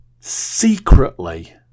Secretly